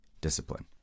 discipline